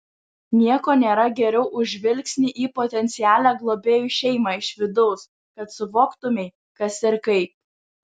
nieko nėra geriau už žvilgsnį į potencialią globėjų šeimą iš vidaus kad suvoktumei kas ir kaip